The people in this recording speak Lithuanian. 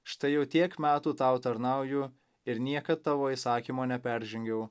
štai jau tiek metų tau tarnauju ir niekad tavo įsakymo neperžengiau